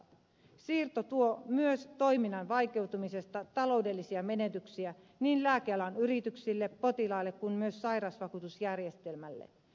siirto tuo myös toiminnan vaikeutumisesta talou dellisia menetyksiä niin lääkealan yrityksille potilaille kuin myös sairausvakuutusjärjestelmälle